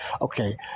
Okay